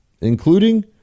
including